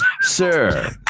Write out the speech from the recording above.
Sir